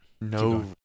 no